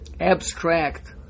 abstract